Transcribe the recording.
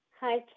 Hi